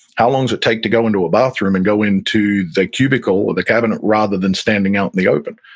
how long does it take to go into a bathroom and go into the cubicle or the cabinet rather than standing out in the open?